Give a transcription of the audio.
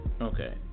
Okay